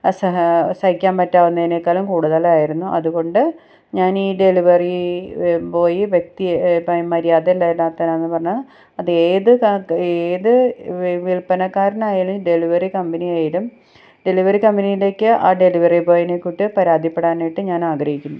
അസഹ സഹിക്കാൻ പറ്റാവുന്നതിനെക്കാളും കൂടുതലായിരുന്നു അതുകൊണ്ട് ഞാൻ ഈ ഡെലിവറി ബോയ് വ്യക്തിയെ മര്യാദ ഇല്ലാത്തവനാണെന്ന് പറഞ്ഞു അതേത് ഏത് വില്പനക്കാരനായാലും ഡെലിവറി കമ്പനി ആയാലും ഡെലിവറി കമ്പനിയിലേക്ക് ആ ഡെലിവറി ബോയിനെ കൊണ്ട് പരാതിപ്പെടാനായിട്ട് ഞാൻ ആഗ്രഹിക്കുന്നു